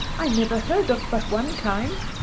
i never heard of but one kind,